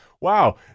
Wow